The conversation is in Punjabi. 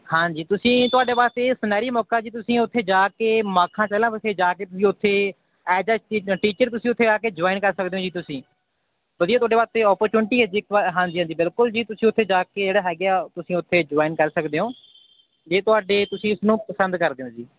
ਹਾਂਜੀ ਤੁਸੀਂ ਤੁਹਾਡੇ ਵਾਸਤੇ ਇਹ ਸੁਨਹਿਰੀ ਮੌਕਾ ਜੀ ਤੁਸੀਂ ਉੱਥੇ ਜਾ ਕੇ ਮਾਖਾਂ ਚਹਿਲਾਂ ਉੱਥੇ ਜਾ ਕੇ ਤੁਸੀਂ ਉੱਥੇ ਐਜ਼ ਆ ਟੀਚਰ ਤੁਸੀਂ ਉੱਥੇ ਆ ਕੇ ਜੁਆਇਨ ਕਰ ਸਕਦੇ ਹੋ ਜੀ ਤੁਸੀਂ ਵਧੀਆ ਤੁਹਾਡੇ ਵਾਸਤੇ ਓਪੋਰਚੁਨਿਟੀ ਹੈ ਜੀ ਇੱਕ ਵਾਰ ਹਾਂਜੀ ਹਾਂਜੀ ਬਿਲਕੁਲ ਜੀ ਤੁਸੀਂ ਉੱਥੇ ਜਾ ਕੇ ਜਿਹੜਾ ਹੈਗਾ ਹੈ ਤੁਸੀਂ ਉੱਥੇ ਜੁਆਇਨ ਕਰ ਸਕਦੇ ਹੋ ਜੇ ਤੁਹਾਡੇ ਤੁਸੀਂ ਇਸ ਨੂੰ ਪਸੰਦ ਕਰਦੇ ਹੋ ਜੀ